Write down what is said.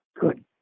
good